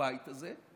בבית הזה,